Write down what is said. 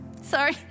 Sorry